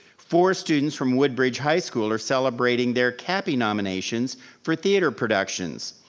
four students from woodbridge high school are celebrating their capping nominations for theater productions.